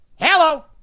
Hello